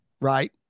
right